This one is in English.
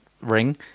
ring